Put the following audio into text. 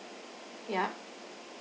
yeah